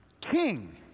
King